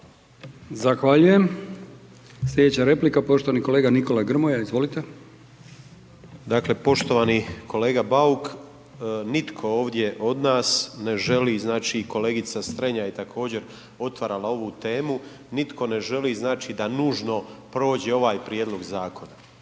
(HDZ)** Slijedeća replika poštovani kolega Nikola Grmoja Izvolite. **Grmoja, Nikola (MOST)** Dakle, poštovani kolega Bauk, nitko ovdje od nas ne želi znači i kolegica Strenja je također otvarala ovu temu, nitko ne želi znači da nužno prođe ovaj prijedlog zakona.